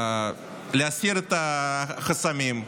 להסיר את החסמים,